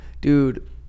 Dude